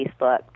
Facebook